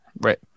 Right